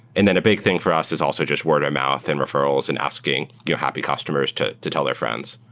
and then a big thing for us is also just word-of-mouth and referrals and asking yeah happy customers to to tell their friends.